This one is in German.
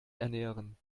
ernähren